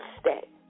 stay